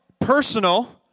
Personal